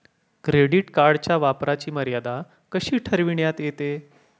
Credit कार्डच्या वापराची मर्यादा कशी ठरविण्यात येते?